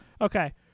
Okay